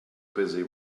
busy